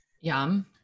Yum